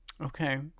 Okay